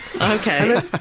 okay